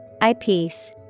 Eyepiece